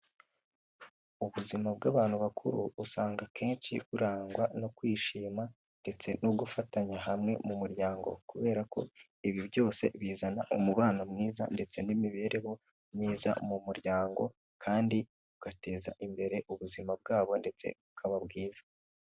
Ubuzima bw'abantu bakuru usanga akenshi burangwa no kwishima ndetse no gufatanya hamwe mu muryango kubera ko ibi byose bizana umubano mwiza ndetse n'imibereho myiza mu muryango kandi bigateza imbere ubuzima bwabo ndetse bukaba bwiza.